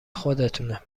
خودتونه